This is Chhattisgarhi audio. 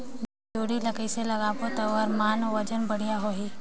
जोणी ला कइसे लगाबो ता ओहार मान वजन बेडिया आही?